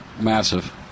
massive